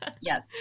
Yes